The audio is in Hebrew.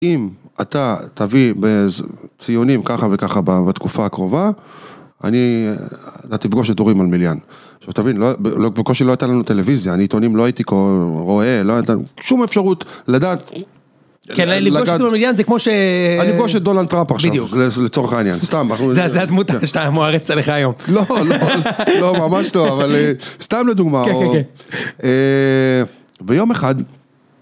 אם אתה תביא ציונים ככה וככה בתקופה הקרובה, אתה תפגוש את אורי מלמיליאן. עכשיו תבין, בקושי לא הייתה לנו טלוויזיה, עיתונים לא הייתי רואה, לא הייתה שום אפשרות לדעת. כן, לפגוש את אורי מלמיליאן זה כמו ש... אני אפגוש את דונלד טראמפ עכשיו, לצורך העניין, סתם. זה הדמות שאתה מוערצת עליך היום. לא, לא, לא, לא, ממש לא, אבל סתם לדוגמה. ביום אחד...